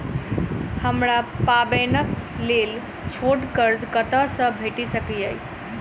हमरा पाबैनक लेल छोट कर्ज कतऽ सँ भेटि सकैये?